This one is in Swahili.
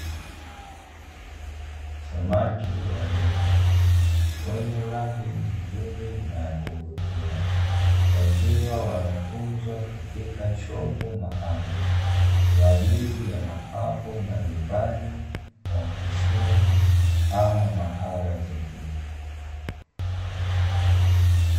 Samaki wadogo wenye rangi nzuri na ya kuvutia wakiwa wanatunzwa katika chombo maalum kwa ajili ya mapambo majumbani maofisini ama mahala pengine.